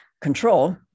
control